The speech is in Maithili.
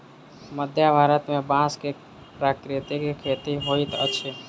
मध्य भारत में बांस के प्राकृतिक खेती होइत अछि